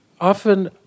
often